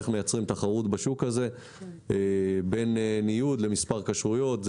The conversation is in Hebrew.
איך מייצרים תחרות בשוק הזה בין ניוד למספר כשרויות.